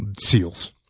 and seals.